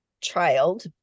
child